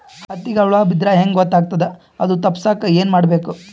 ಹತ್ತಿಗ ಹುಳ ಬಿದ್ದ್ರಾ ಹೆಂಗ್ ಗೊತ್ತಾಗ್ತದ ಅದು ತಪ್ಪಸಕ್ಕ್ ಏನ್ ಮಾಡಬೇಕು?